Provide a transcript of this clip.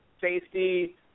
safety